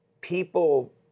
people